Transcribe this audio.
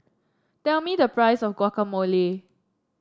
tell me the price of Guacamole